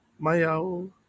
mayao